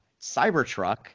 Cybertruck